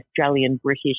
Australian-British